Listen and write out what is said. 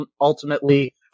ultimately